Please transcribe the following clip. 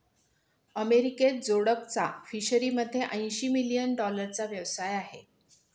अमेरिकेत जोडकचा फिशरीमध्ये ऐंशी मिलियन डॉलरचा व्यवसाय आहे